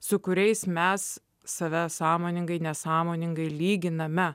su kuriais mes save sąmoningai nesąmoningai lyginame